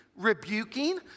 rebuking